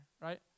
right